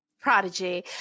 Prodigy